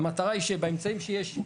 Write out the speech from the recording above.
המטרה היא שבאמצעים שיש,